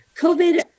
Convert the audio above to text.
COVID